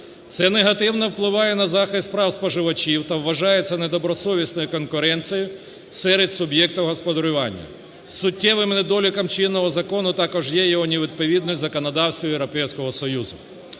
Це негативно впливає на захист прав споживачів та вважається недобросовісною конкуренцією серед суб'єктів господарювання. Суттєвим недоліком чинного закону також є його невідповідність у законодавстві Європейського Союзу.